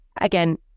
again